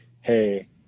hey